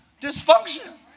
dysfunction